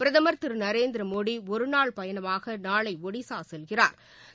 பிரதமா் திரு நரேந்திர மோடி ஒருநாள் பயணமாக நாளை ஒடிசா செல்கிறாா்